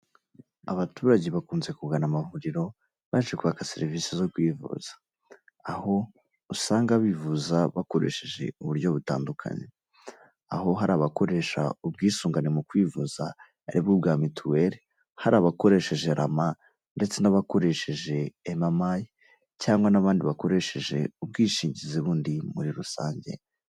Abaturage bakunze kugana amavuriro baje kwaka serivisi zo kwivuza aho usanga bivuza bakoresheje uburyo butandukanye aho hari abakoresha ubwisungane mu kwivuza aribwo bwa mituweli hari abakoresheje rama ndetse n'abakoresheje emamayi cyangwa n'abandi bakoresheje ubwishingizi bundi muri rusange.